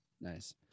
Nice